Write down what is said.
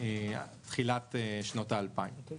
תחילת שנות האלפיים.